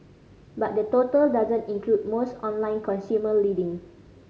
but that total doesn't include most online consumer lending